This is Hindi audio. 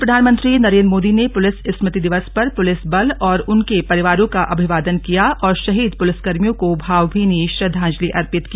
वहीं प्रधानमंत्री नरेन्द्र मोदी ने पुलिस स्मृति दिवस पर पुलिस बल और उनके परिवारों का अभिवादन किया और शहीद पुलिसकर्मियों को भावभीनी श्रद्वांजलि अर्पित की